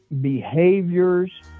behaviors